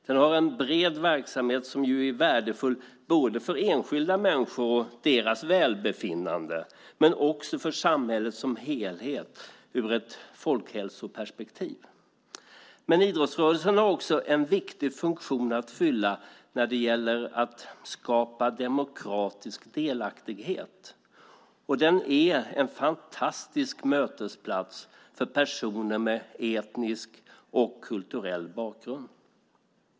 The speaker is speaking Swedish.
Den har en bred verksamhet som är värdefull både för enskilda människor och deras välbefinnande och för samhället som helhet ur ett folkhälsoperspektiv. Idrottsrörelsen har också en viktig funktion att fylla när det gäller att skapa demokratisk delaktighet. Den är en fantastisk mötesplats för personer med olika etnisk och kulturell bakgrund.